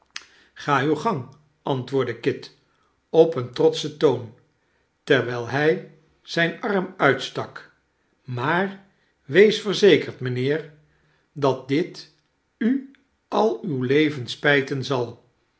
ga uw gang antwoordde kit op een trotschen toon terwijl hij zijn arm uitstak maar wees verzekerd mijnheer dat dit u al uw leven spijten zal